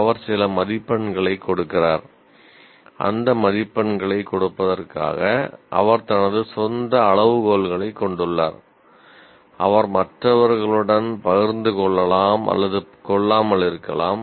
அவர் சில மதிப்பெண்களைக் கொடுக்கிறார் அந்த மதிப்பெண்களைக் கொடுப்பதற்காக அவர் தனது சொந்த அளவுகோல்களைக் கொண்டுள்ளார் அவர் மற்றவர்களுடன் பகிர்ந்து கொள்ளலாம் அல்லது கொள்ளாமல் இருக்கலாம்